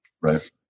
Right